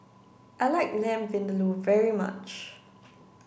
I like lamb vindaloo very much